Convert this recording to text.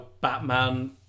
Batman